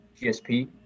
GSP